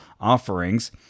offerings